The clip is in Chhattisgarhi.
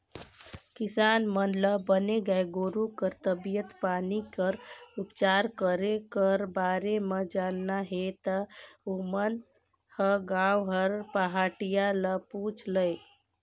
किसान मन ल बने गाय गोरु कर तबीयत पानी कर उपचार करे कर बारे म जानना हे ता ओमन ह गांव कर पहाटिया ल पूछ लय